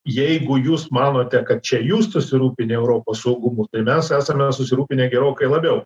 jeigu jūs manote kad čia jūs susirūpinę europos saugumu tai mes esame susirūpinę gerokai labiau